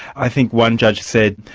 i think one judge said,